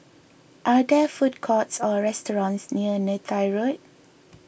are there food courts or restaurants near Neythai Road